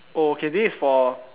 oh okay this is for